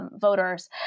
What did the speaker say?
voters